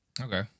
Okay